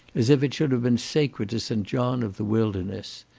as if it should have been sacred to st. john of the wilderness.